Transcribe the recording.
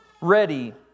ready